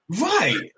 right